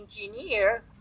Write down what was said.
engineer